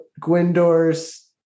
Gwyndor's